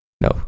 No